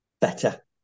better